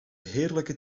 heerlijke